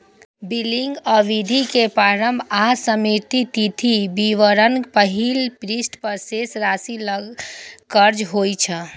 billing अवधि के आरंभ आ समाप्ति तिथि विवरणक पहिल पृष्ठ पर शेष राशि लग दर्ज होइ छै